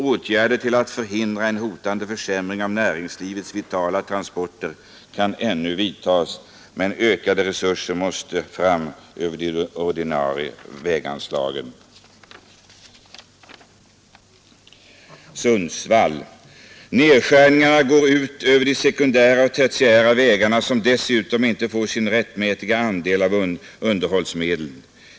Åtgärder till att förhindra en hotande försämring av näringslivetets vitala transporter kan ännu vidtas, men ökade resurser måste fram över de ordinarie väganslagen.” Vägdirektören i Sundsvall har anfört: ”Nedskärningarna går ut över de sekundära och tertiära vägarna som dessutom inte får sin rättmätiga andel av underhållsmedlen.